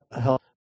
help